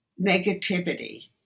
negativity